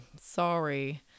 sorry